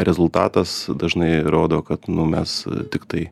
rezultatas dažnai rodo kad nu mes tiktai